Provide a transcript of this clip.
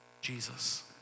Jesus